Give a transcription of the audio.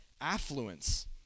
affluence